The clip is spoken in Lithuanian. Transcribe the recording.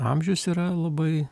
amžius yra labai